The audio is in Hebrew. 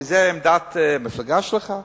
כי זו עמדת המפלגה שלך?